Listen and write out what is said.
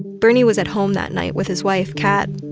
bernie was at home that night with his wife, kat.